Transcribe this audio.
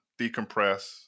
decompress